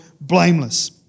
blameless